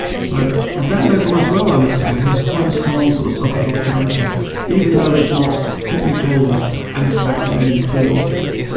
so at that level as well i would say that it has quite a strong philosophical character even though it's not technical or abstract in any formal sense.